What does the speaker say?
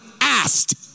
asked